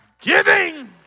Giving